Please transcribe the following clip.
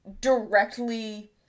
directly